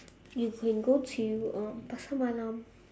you can go to um pasar malam